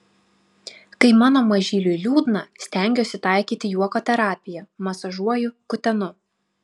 kai mano mažyliui liūdna stengiuosi taikyti juoko terapiją masažuoju kutenu